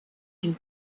une